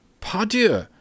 Pardieu